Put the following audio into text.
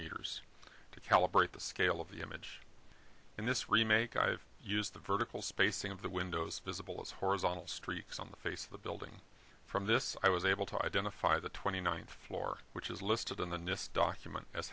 meters to calibrate the scale of the image in this remake i have used the vertical spacing of the windows visible as horizontal streaks on the face of the building from this i was able to identify the twenty ninth floor which is listed in the nist document as